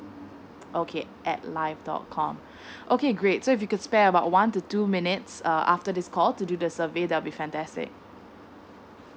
okay at life dot com okay great so if you could spare about one to two minutes uh after this call to do the survey that will be fantastic